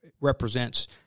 represents